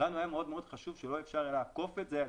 לנו היה מאוד מאוד חשוב שאי אפשר יהיה לעקוף את זה על